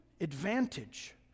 advantage